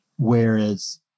Whereas